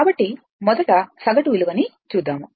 కాబట్టి మొదట సగటు విలువ ని చూద్దాము